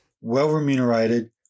well-remunerated